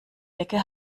decke